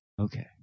Okay